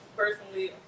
personally